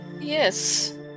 Yes